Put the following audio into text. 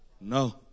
No